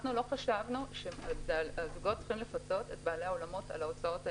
אנחנו לא חשבנו שהזוגות צריכים לפצות את בעלי האולמות על ההוצאות האלה,